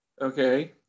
okay